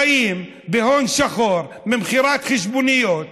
חיים בהון שחור ממכירת חשבוניות,